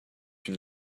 une